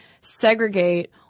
segregate